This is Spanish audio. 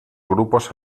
grupos